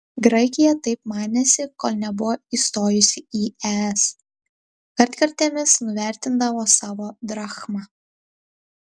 graikija taip manėsi kol nebuvo įstojusi į es kartkartėmis nuvertindavo savo drachmą